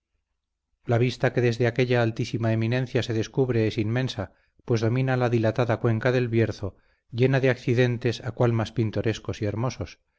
la vista que desde aquella altísima eminencia se descubre es inmensa pues domina la dilatada cuenca del bierzo llena de accidentes a cual más pintorescos y hermosos